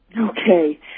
Okay